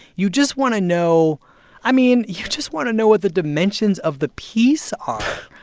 you just want to know i mean, you just want to know what the dimensions of the piece are.